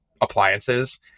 appliances